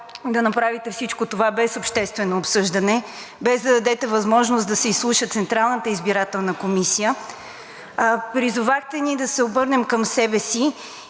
да направите всичко това без обществено обсъждане, без да дадете възможност да се изслуша Централната избирателна комисия? Призовахте ни да се обърнем към себе си.